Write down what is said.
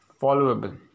followable